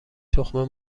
تخم